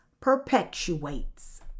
perpetuates